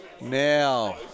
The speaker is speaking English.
Now